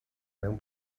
mewn